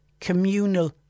communal